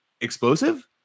explosive